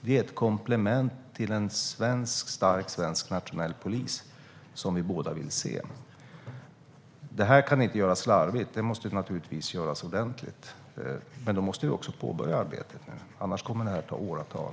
Det är ett komplement till en stark svensk nationell polis, som vi båda vill se. Det här kan inte göras slarvigt, utan det måste göras ordentligt. Men då måste vi också påbörja arbetet, annars kommer det här att ta åratal.